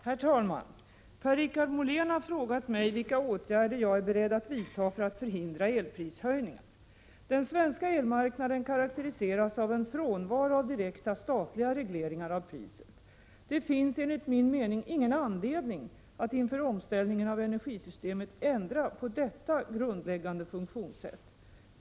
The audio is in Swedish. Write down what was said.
Herr talman! Per-Richard Molén har frågat mig vilka åtgärder jag är beredd att vidta för att förhindra elprishöjningar. Den svenska elmarknaden karaktäriseras av en frånvaro av direkta statliga regleringar av priset. Det finns enligt min mening ingen anledning att inför omställningen av energisystemet ändra på detta grundläggande funktionssätt.